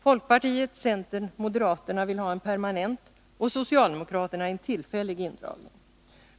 Folkpartiet, centern och moderaterna vill ha en permanent och socialdemokraterna en tillfällig indragning.